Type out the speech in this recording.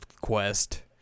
quest